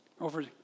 over